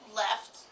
left